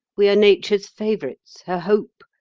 we are nature's favourites, her hope,